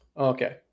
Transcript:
Okay